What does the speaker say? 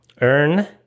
earn